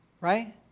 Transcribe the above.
right